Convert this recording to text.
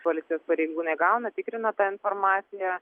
policijos pareigūnai gauna tikrina tą informaciją